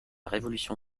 révolution